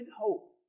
hope